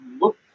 look